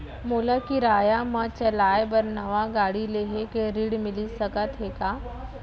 मोला किराया मा चलाए बर नवा गाड़ी लेहे के ऋण मिलिस सकत हे का?